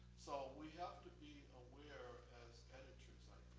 so, we have to be aware as editors i